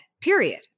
period